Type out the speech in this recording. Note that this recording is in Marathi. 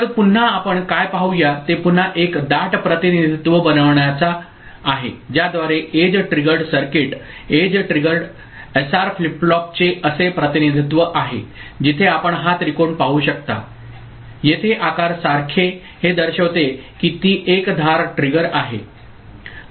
तर पुन्हा आपण काय पाहूया ते पुन्हा एक दाट प्रतिनिधित्व बनवण्याचा आहे ज्याद्वारे edge triggered circuit edge triggered SR flip फ्लॉपचे असे प्रतिनिधित्व आहे जिथे आपण हा त्रिकोण पाहू शकता येथे आकार सारखे हे दर्शवते की ती एक धार ट्रिगर आहे ओके